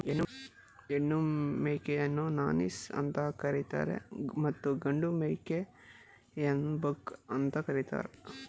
ಹೆಣ್ಣು ಮೇಕೆಯನ್ನು ನಾನೀಸ್ ಅಂತ ಕರಿತರೆ ಮತ್ತು ಗಂಡು ಮೇಕೆನ ಬಕ್ ಅಂತ ಕರಿತಾರೆ